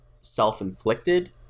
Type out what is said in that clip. self-inflicted